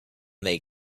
they